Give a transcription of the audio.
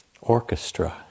orchestra